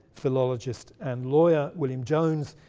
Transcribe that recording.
philologist and lawyer william jones,